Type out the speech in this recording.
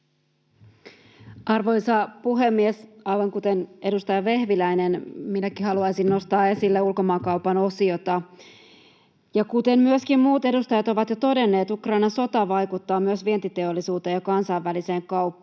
Arvoisa puhemies! Aivan kuten edustaja Vehviläinen, minäkin haluaisin nostaa esille ulkomaankaupan osiota. Ja kuten myöskin muut edustajat ovat jo todenneet, Ukrainan sota vaikuttaa myös vientiteollisuuteen ja kansainväliseen kauppaan.